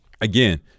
again